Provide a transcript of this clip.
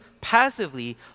passively